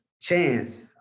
chance